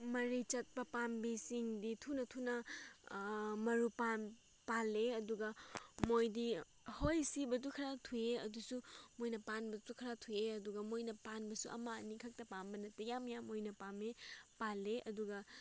ꯃꯔꯤ ꯆꯠꯄ ꯄꯥꯝꯕꯤꯁꯤꯡꯗꯤ ꯊꯨꯅ ꯊꯨꯅ ꯃꯔꯨ ꯄꯥꯜꯂꯦ ꯑꯗꯨꯒ ꯃꯣꯏꯗꯤ ꯍꯣꯏ ꯁꯤꯕꯗꯨ ꯈꯔ ꯊꯨꯏ ꯑꯗꯨꯁꯨ ꯃꯣꯏꯅ ꯄꯥꯟꯕꯁꯨ ꯈꯔ ꯊꯨꯏꯌꯦ ꯑꯗꯨꯒ ꯃꯣꯏꯅ ꯄꯥꯟꯕꯁꯨ ꯑꯃ ꯑꯅꯤꯈꯛꯇ ꯄꯥꯟꯕ ꯅꯠꯇꯦ ꯌꯥꯝ ꯌꯥꯝ ꯑꯣꯏꯅ ꯄꯥꯝꯃꯦ ꯄꯥꯜꯂꯦ ꯑꯗꯨꯒ